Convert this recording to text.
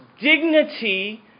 dignity